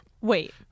Wait